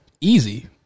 easy